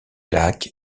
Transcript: lacs